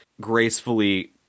gracefully